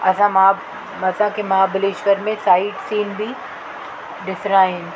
असां मां असांखे महाबलेश्वर में साइड सीन बि ॾिसणा आहिनि